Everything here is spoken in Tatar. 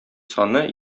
саны